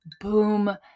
boom